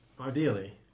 Ideally